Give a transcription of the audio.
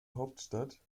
hauptstadt